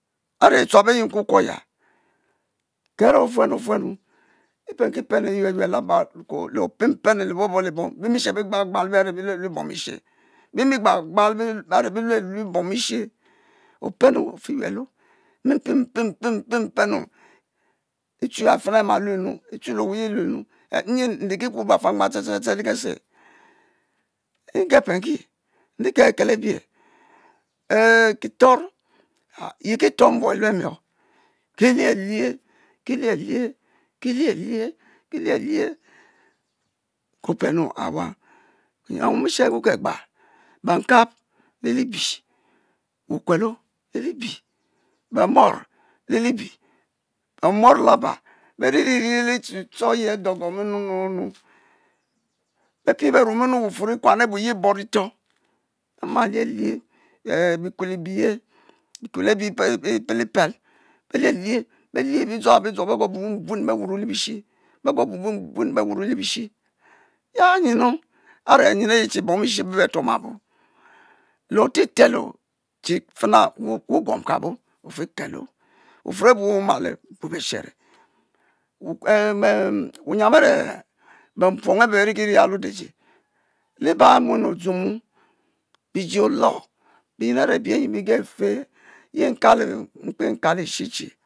A’re echual a’yi nkukwo aya, ke a’re ofuenu ofueuu epe. n kipeuu e yue yuel laba, le opeupenu le libong libong bi mi she bi gba gbal a’re bi luelue mom e’she, bimi gba gbal a’re be lue lue bom e’shi ofenu ofi yue lo mmi pe’n pe’n penu’, echu yua fina e ma lue nu, echu le waye emma lue nu, eh nyi nri ki kukuour a fiangban ste ste ste le ke’se, nge peu ki nri ke ke ke ebi he ehh kiton i ton mbwo elue mion kilie lie kilielie kilie, ke openu an’wa, wu’ nyiam wumishe wuge gbal bankap le li bie wu’kuelo lelibie be’mor lelibie be mon la ba beririri le e titchu a’yi adagon nnu nnu nnu be’pie be’nma mu wu fuon likuan a’yi ye ibon citon bemar lidie bi kwen e biye bikwe ebi epelipel belielie belie bi dzo abo dzo begor buen be’ wuro lebi shi begor buen buen buen be wwao le bishi, ya nyenu? a’re nyen o’yiche bom eshe be’ tuom kabo tuom le oosi telo che le. Fe na we’ oguom kabo o’fe ke lo, wufuon abu we’ omale bu be shere ehn ehn wu yiam a’re be puong abeh berikiri ya le oda jie liba anmuen odzumo biji olou, biy nyen a’re bie nyi bigefe nyi ntalou nkpekalou eshe ehe